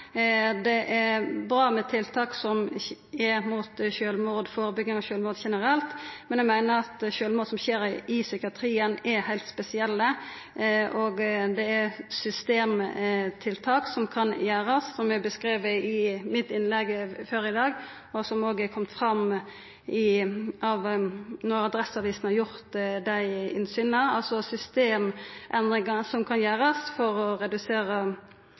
Det er bra med tiltak for førebygging av sjølvmord generelt, men eg meiner at sjølvmord som skjer i psykiatrien, er heilt spesielle. Det er systemtiltak som kan gjerast, slik eg gjorde greie for i innlegget mitt tidlegare i dag, og som òg er kome fram når Adresseavisen har fått innsyn. Det er systemendringar som kan gjerast for å redusera